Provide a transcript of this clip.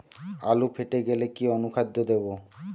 আলু ফেটে গেলে কি অনুখাদ্য দেবো?